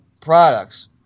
products